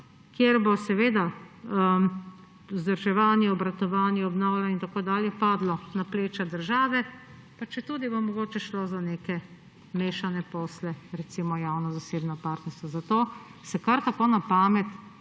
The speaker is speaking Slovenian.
kjer bo vzdrževanje, obratovanje, obnavljanje in tako dalje padlo na pleča države, pa četudi bo mogoče šlo za neke mešane posle, recimo, javno-zasebno partnerstvo. Zato se kar tako, na pamet